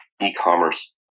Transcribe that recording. e-commerce